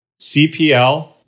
CPL